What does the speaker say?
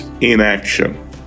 inaction